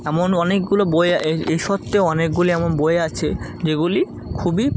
এমন অনেকগুলো বই এই এই সত্তে অনেকগুলি এমন বই আছে যেগুলি খুবই